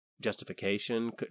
justification